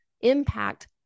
impact